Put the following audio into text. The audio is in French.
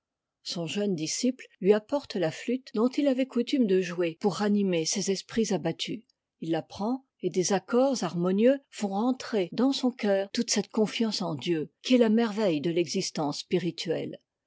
son jeune disciple lui apporte la ûûte dont il avait coutume de jouer pour'ranimer ses esprits abattus il la prend et des accords harmonieux font rentrer dans son cœur toute cette confiance en dieu qui est la merveille de l'existence spirituelle